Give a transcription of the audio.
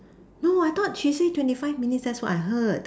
no I thought she said twenty five minutes that is what I heard